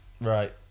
Right